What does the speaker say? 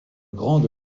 grande